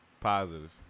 Positive